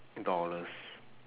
dollars